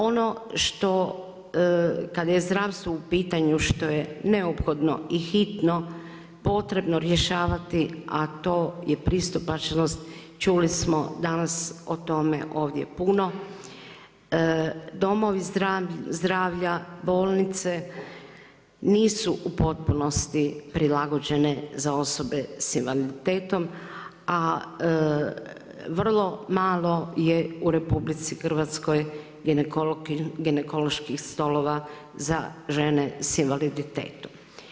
Ono što, kada je zdravstvo u pitanju što je neophodno i hitno potrebno rješavati a to je pristupačnost, čuli smo danas o tome ovdje puno, domovi zdravlja, bolnice nisu u potpunosti prilagođene za osobe sa invaliditetom a vrlo malo je u RH ginekoloških stolova za žene sa invaliditetom.